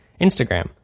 Instagram